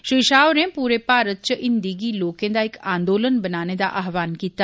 श्री शाह होरें पूरे भारत च हिंदी गी लोकें दा इक आंदोलन बनाने दा आह्वान कीता